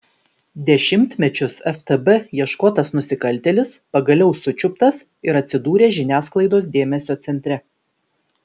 dešimtmečius ftb ieškotas nusikaltėlis pagaliau sučiuptas ir atsidūrė žiniasklaidos dėmesio centre